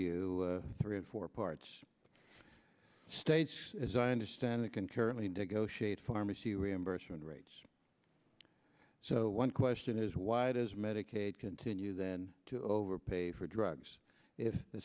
you three of four parts state as i understand it concurrently to go shoot pharmacy reimbursement rates so one question is why does medicaid continue then to overpay for drugs if the